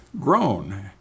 grown